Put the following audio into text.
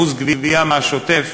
אחוז גבייה מהשוטף.